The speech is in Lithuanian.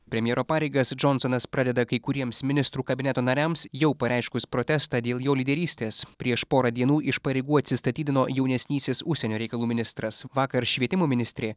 premjero pareigas džonsonas pradeda kai kuriems ministrų kabineto nariams jau pareiškus protestą dėl jo lyderystės prieš porą dienų iš pareigų atsistatydino jaunesnysis užsienio reikalų ministras vakar švietimo ministrė